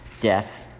death